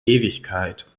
ewigkeit